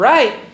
Right